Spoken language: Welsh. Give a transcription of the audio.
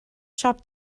siop